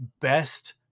best